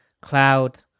cloud